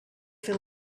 fer